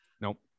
Nope